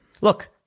Look